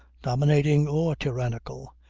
dominating or tyrannical,